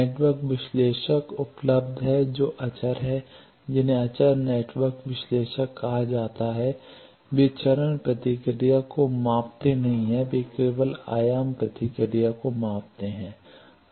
network विश्लेषक उपलब्ध हैं जो अचर हैं जिन्हें अचर नेटवर्क विश्लेषक कहा जाता है वे चरण प्रतिक्रिया को मापते नहीं हैं वे केवल आयाम प्रतिक्रिया को मापते हैं